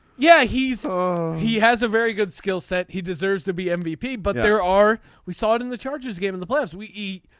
yeah. he's he has a very good skill set. he deserves to be mvp but there are we saw it in the chargers game in the past we eat.